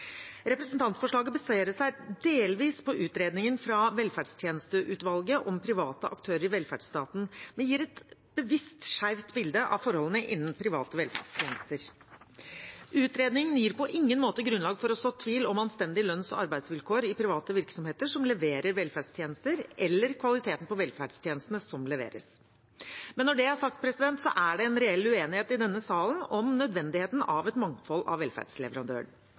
Representantforslaget baserer seg delvis på utredningen fra velferdstjenesteutvalget om private aktører i velferdsstaten, men gir et bevisst skjevt bilde av forholdene innen private velferdstjenester. Utredningen gir på ingen måte grunnlag for å så tvil om anstendige lønns- og arbeidsvilkår i private virksomheter som leverer velferdstjenester, eller kvaliteten på velferdstjenestene som leveres. Når det er sagt, er det en reell uenighet i denne salen om nødvendigheten av et mangfold av